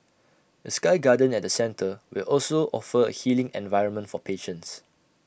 A sky garden at the centre will also offer A healing environment for patients